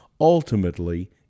ultimately